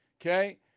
Okay